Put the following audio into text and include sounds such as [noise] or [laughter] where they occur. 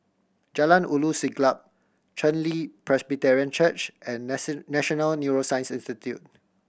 Jalan Ulu Siglap Chen Li Presbyterian Church and [unintelligible] National Neuroscience Institute